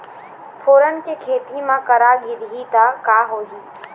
फोरन के खेती म करा गिरही त का होही?